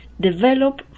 develop